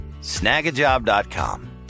Snagajob.com